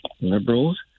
liberals